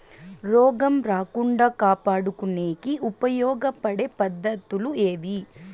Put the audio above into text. రోగం రాకుండా కాపాడుకునేకి ఉపయోగపడే పద్ధతులు ఏవి?